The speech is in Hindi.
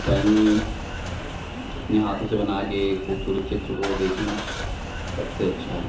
ड्राइंग अपने हाथों से बना कर खूबसूरत चित्र को देखना सबसे अच्छा है